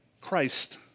Christ